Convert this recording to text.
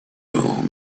old